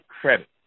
credit